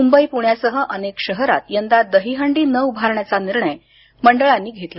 मुंबई पुण्यासह अनेक शहरात यंदा दहीहंडी न उभारण्याचा निर्णय मंडळांनी घेतला